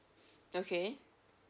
okay